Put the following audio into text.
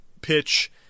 pitch